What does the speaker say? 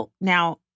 Now